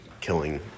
killing